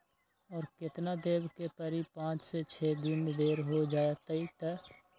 और केतना देब के परी पाँच से छे दिन देर हो जाई त?